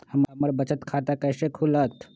हमर बचत खाता कैसे खुलत?